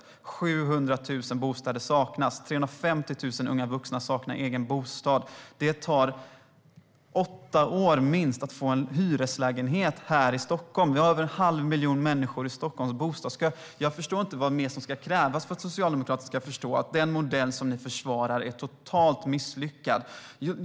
Jo, 700 000 bostäder saknas, 350 000 unga vuxna saknar egen bostad och det tar minst åtta år att få en hyreslägenhet här i Stockholm. Vi har över 1⁄2 miljon människor i Stockholms bostadskö. Jag förstår inte vad som mer ska krävas för att ni socialdemokrater ska förstå att den modell som ni försvarar är totalt misslyckad.